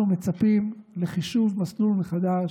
אנחנו מצפים לחישוב מסלול מחדש,